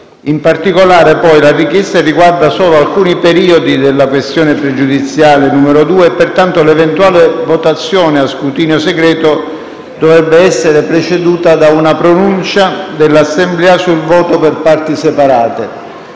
In particolare, la richiesta riguarda solo alcuni periodi della questione pregiudiziale QP2 e pertanto l'eventuale votazione a scrutinio segreto dovrebbe essere preceduta da una pronuncia dell'Assemblea sul voto per parti separate,